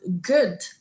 good